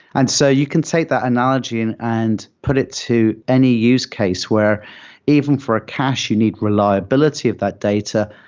and so you can take that analogy and and put it to any use case where even for a cache, you need reliability of that data.